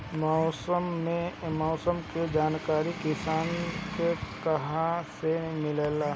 मौसम के जानकारी किसान के कहवा से मिलेला?